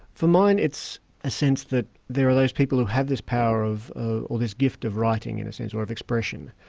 for mine, it's a sense that there are those people who have this power, ah or this gift of writing in a sense, or of expression,